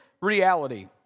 reality